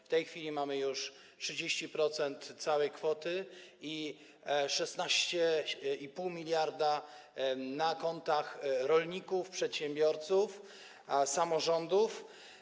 W tej chwili mamy już 30% całej kwoty i 16,5 mld na kontach rolników, przedsiębiorców, samorządów.